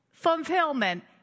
Fulfillment